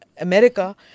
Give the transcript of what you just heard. America